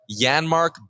Yanmark